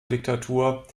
diktatur